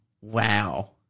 Wow